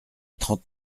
trente